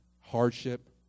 hardship